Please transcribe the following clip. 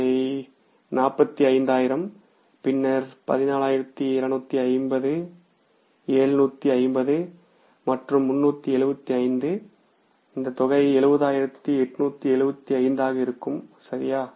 அவை 45000 பின்னர் 17250 750 மற்றும் 375 இந்த தொகை 70875 ஆக இருக்கும் சரியா